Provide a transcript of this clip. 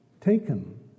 taken